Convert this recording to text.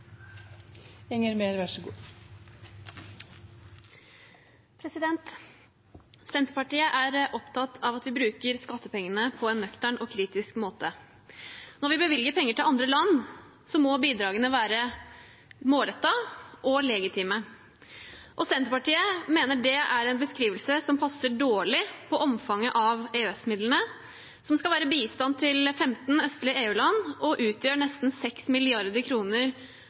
Senterpartiet er opptatt av at vi bruker skattepengene på en nøktern og kritisk måte. Når vi bevilger penger til andre land, må bidragene være målrettede og legitime. Senterpartiet mener det er en beskrivelse som passer dårlig på omfanget av EØS-midlene, som skal være bistand til 15 østlige EU-land, og utgjør nesten